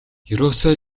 ерөөсөө